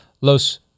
Los